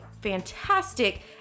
fantastic